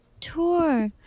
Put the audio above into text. Tour